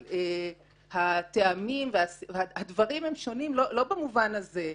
אבל הדברים הם שונים לא במובן הזה.